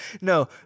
No